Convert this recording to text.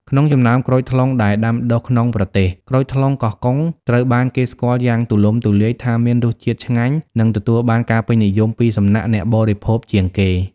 ក្នុងចំណោមក្រូចថ្លុងដែលដាំដុះក្នុងប្រទេស ក្រូចថ្លុងកោះកុងត្រូវបានគេស្គាល់យ៉ាងទូលំទូលាយថាមានរសជាតិឆ្ងាញ់ និងទទួលបានការពេញនិយមពីសំណាក់អ្នកបរិភោគជាងគេ។